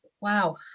wow